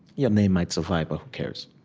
your name might survive, but who cares?